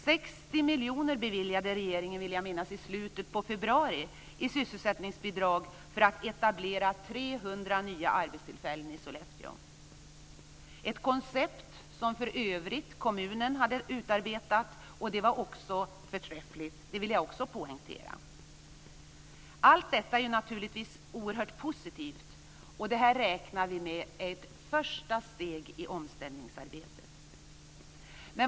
Jag vill minnas att regeringen beviljade 60 miljoner i slutet av februari i sysselsättningsbidrag för att det skulle etableras 300 nya arbetstillfällen i Sollefteå. Det var ett koncept som för övrigt kommunen hade utarbetat och som var förträffligt - det vill jag poängtera. Allt detta är naturligtvis oerhört positivt, och vi ser det som ett första steg i omställningsarbetet.